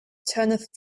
turneth